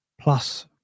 plus